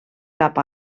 cap